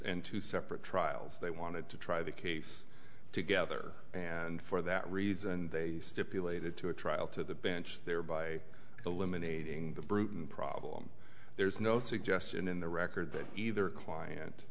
in two separate trials they wanted to try the case together and for that reason they stipulated to a trial to the bench thereby eliminating the bruton problem there's no suggestion in the record that either